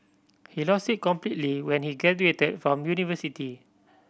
he lost it completely when he graduated from university